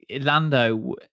lando